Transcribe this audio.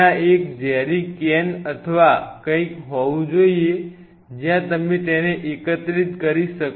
ત્યાં એક jerry can અથવા કંઈક હોવું જોઈએ જ્યાં તમે તેને એકત્રિત કરી શકો